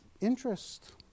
interest